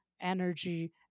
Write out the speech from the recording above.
energy